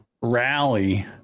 rally